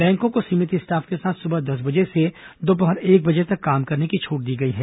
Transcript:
बैंकों को सीमित स्टाफ के साथ सुबह दस बजे से दोपहर एक बजे तक काम करने की छूट दी गई है